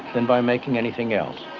than by making anything else.